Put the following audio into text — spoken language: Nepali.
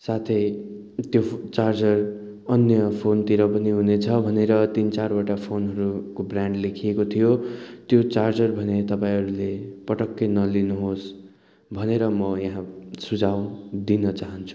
साथै त्यो चार्जर अन्य फोनतिर पनि हुनेछ भनेर तिन चारवटा फोनहरूको ब्रान्ड लेखिएको थियो त्यो चार्जर भने तपाईँहरूले पटक्कै नलिनुहोस् भनेर म यहाँ सुझाउ दिन चाहन्छु